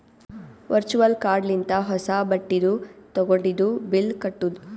virtual card ಲಿಂತ ಹೊಸಾ ಬಟ್ಟಿದು ತಗೊಂಡಿದು ಬಿಲ್ ಕಟ್ಟುದ್